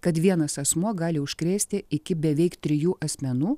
kad vienas asmuo gali užkrėsti iki beveik trijų asmenų